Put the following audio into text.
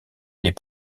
les